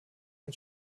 ein